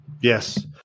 Yes